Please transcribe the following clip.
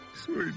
Sweet